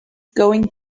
going